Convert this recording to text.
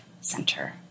center